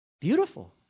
beautiful